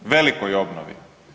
Velikoj obnovi.